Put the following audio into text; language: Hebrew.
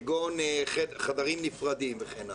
כגון חדרים נפרדים וכן הלאה?